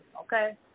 Okay